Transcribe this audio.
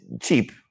cheap